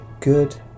good